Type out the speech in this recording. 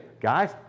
guys